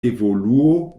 evoluo